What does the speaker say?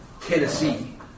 Tennessee